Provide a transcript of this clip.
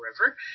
River